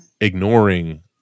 ignoring